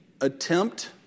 attempt